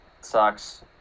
Sucks